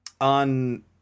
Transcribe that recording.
On